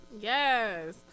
Yes